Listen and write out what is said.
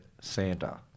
Santa